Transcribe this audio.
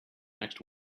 next